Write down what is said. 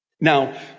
Now